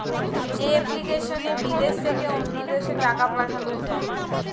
যে এপ্লিকেশনে বিদেশ থেকে অন্য দেশে টাকা পাঠান যায়